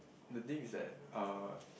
the thing is that uh